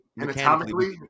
anatomically